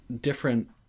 different